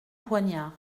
poignard